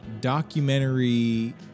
documentary